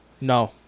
No